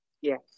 Yes